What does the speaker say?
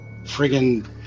friggin